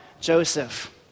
Joseph